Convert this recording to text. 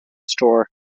store